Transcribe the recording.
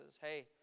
hey